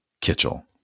Kitchell